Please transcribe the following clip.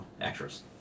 Actress